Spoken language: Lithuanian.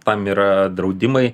tam yra draudimai